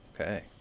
Okay